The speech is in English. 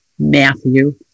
Matthew